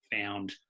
found